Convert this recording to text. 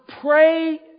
pray